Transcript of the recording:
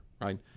right